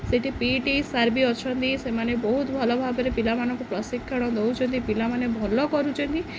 ସେଇଠି P E T sir ବି ଅଛନ୍ତି ସେମାନେ ବହୁତ ଭଲ ଭାବରେ ପିଲାମାନଙ୍କୁ ପ୍ରଶିକ୍ଷଣ ଦେଉଛନ୍ତି ପିଲାମାନେ ଭଲ କରୁଛନ୍ତି